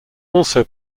also